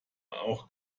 auch